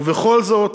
ובכל זאת,